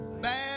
bad